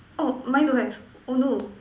oh mine don't have oh no